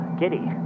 giddy